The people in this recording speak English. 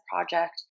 project